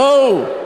בואו,